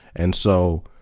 and so,